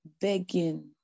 begging